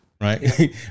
Right